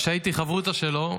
שהייתי חברותא שלו,